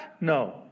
No